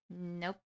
Nope